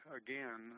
again